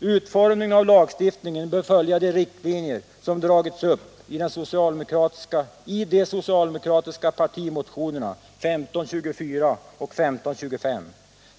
Utformningen av lagstiftningen bör följa de riktlinjer som dragits upp i de socialdemokratiska partimotionerna 1524 och 1525.